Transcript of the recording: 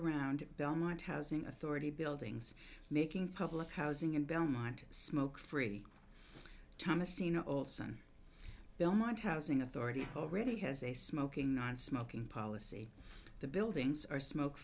around belmont housing authority buildings making public housing in belmont smoke free thomas ina olsen belmont housing authority already has a smoking nonsmoking policy the buildings are smoke